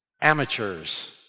Amateurs